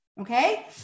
Okay